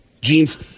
jeans